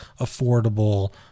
affordable